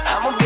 I'ma